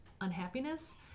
unhappiness